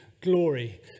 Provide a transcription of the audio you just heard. glory